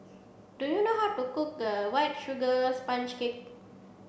do you know how to cook the white sugar sponge cake